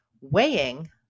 weighing